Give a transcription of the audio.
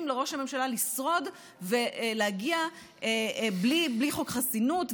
לראש הממשלה לשרוד ולהגיע בלי חוק חסינות והתגברות,